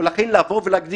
ולכן, לבוא ולהגיד